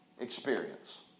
experience